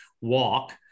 walk